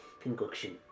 concoction